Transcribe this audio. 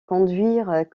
conduire